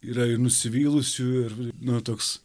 yra ir nusivylusių ir nu toks